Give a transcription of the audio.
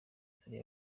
zari